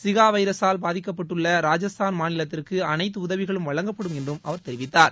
Zika வைரஸால் பாதிக்கப்பட்டுள்ள ராஜஸ்தான் மாநிலத்திற்கு அனைத்து உதவிகளும் வழங்கப்படும் என்றும் அவர் தெரிவித்தார்